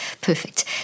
perfect